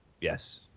Yes